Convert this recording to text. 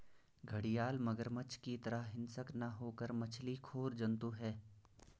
घड़ियाल मगरमच्छ की तरह हिंसक न होकर मछली खोर जंतु है